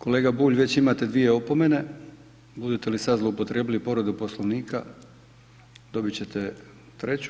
Kolega Bulj već imate dvije opomene, budete li sad zloupotrijebili povredu Poslovnika dobit ćete treću.